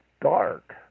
dark